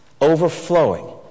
overflowing